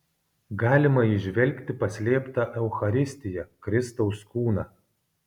galima įžvelgti paslėptą eucharistiją kristaus kūną